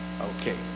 okay